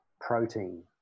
protein